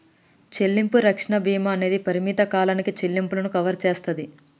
చెల్లింపు రక్షణ భీమా అనేది పరిమిత కాలానికి చెల్లింపులను కవర్ చేస్తాది